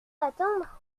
attendre